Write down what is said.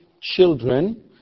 children